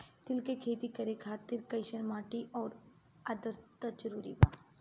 तिल के खेती करे खातिर कइसन माटी आउर आद्रता जरूरी बा?